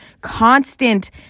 constant